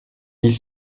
ils